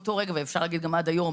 אותו רגע ואפשר להגיד גם עד היום